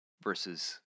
Versus